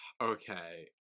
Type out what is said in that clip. Okay